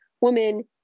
woman